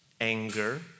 anger